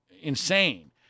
insane